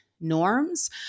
norms